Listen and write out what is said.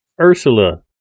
Ursula